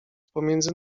pomiędzy